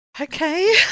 Okay